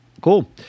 Cool